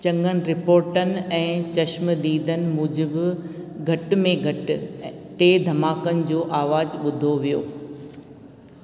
चङनि रिपोर्टनि ऐं चश्मदीदनि मूजिबि घटि में घटि टे धमाकनि जो आवाज़ु ॿुधो वियो